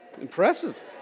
Impressive